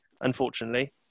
unfortunately